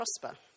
prosper